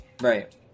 right